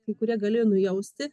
kai kurie galėjo nujausti